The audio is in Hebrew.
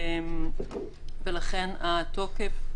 ולכן התוקף,